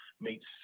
meets